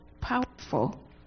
powerful